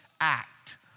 act